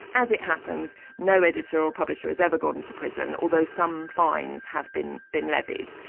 as it happens no editor or publisher has ever gone to prison although some fines have been been levied.